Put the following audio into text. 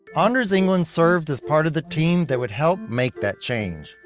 ah anders england served as part of the team that would help make that change.